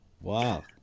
wow